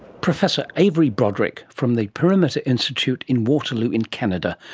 professor avery broderick from the perimeter institute in waterloo in canada.